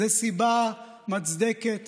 זו סיבה מוצדקת